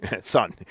son